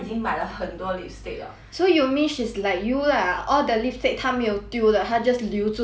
so you mean she's like you lah all the lipstick 她没有丢的她 just 留住 even if 它 expire liao ah